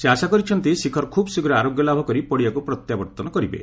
ସେ ଆଶା କରିଛନ୍ତି ଶିଖର ଖୁବ୍ ଶୀଘ୍ର ଆରୋଗ୍ୟ ଲାଭ କରି ପଡ଼ିଆକୁ ପ୍ରତ୍ୟାବର୍ତ୍ତନ କରିବେ